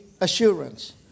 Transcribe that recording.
assurance